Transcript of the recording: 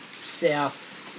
south